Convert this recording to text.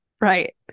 Right